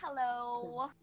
Hello